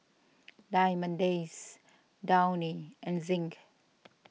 Diamond Days Downy and Zinc